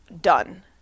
done